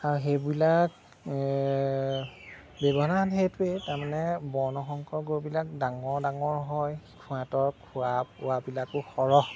হেইবিলাক ব্যৱধান সেইটোৱেই তাৰমানে বৰ্ণ সংকৰ গৰুবিলাক ডাঙৰ ডাঙৰ হয় সেহেঁতৰ খোৱা বোৱাবিলাকো সৰহ